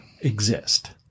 exist